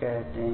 कहते हैं